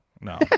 no